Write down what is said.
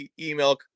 email